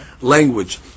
language